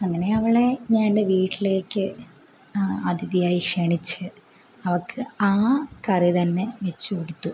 അങ്ങനെ അവളെ ഞാൻ എൻ്റെ വീട്ടിലേക്ക് അതിഥിയായി ക്ഷണിച്ച് അവൾക്ക് ആ കറി തന്നെ വെച്ച് കൊടുത്തു